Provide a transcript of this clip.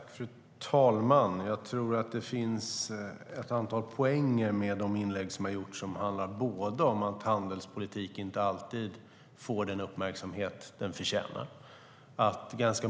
Fru talman! Jag tror att det finns ett antal poänger med de inlägg som har gjorts och som handlar om att handelspolitik inte alltid får den uppmärksamhet den förtjänar.